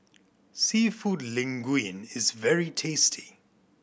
Seafood Linguine is very tasty